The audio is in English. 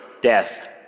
death